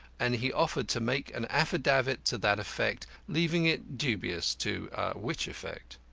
and he offered to make an affidavit to that effect, leaving it dubious to which effect.